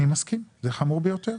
אני מסכים, זה חמור ביותר.